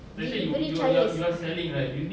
B boleh percaya